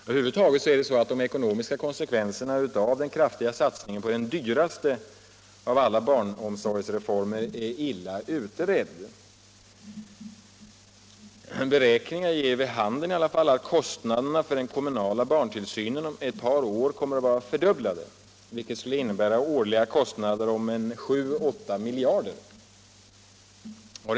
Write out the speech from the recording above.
Över huvud taget är de ekonomiska konsekvenserna av den kraftiga satsningen på den dyraste av alla barnomsorgsreformer illa utredda. Beräkningar ger dock vid handen att kostnaderna för den kommunala barntillsynen om ett par år kommer att vara fördubblade, vilket innebär årliga kostnader om 7 å 8 miljarder kronor.